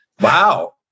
Wow